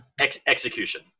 Execution